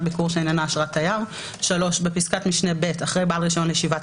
ביקור שאיננה אשרת תייר"; (3) בפסקת משנה (ב) אחרי "בעל רישיון לישיבת